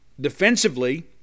defensively